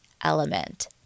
element